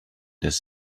this